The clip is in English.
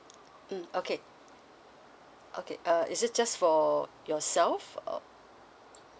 mm okay okay uh is it just for yourself or